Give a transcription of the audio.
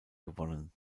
gewonnen